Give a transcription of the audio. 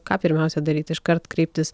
ką pirmiausia daryt iškart kreiptis